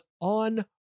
on